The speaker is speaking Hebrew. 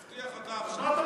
תבטיח אתה עכשיו.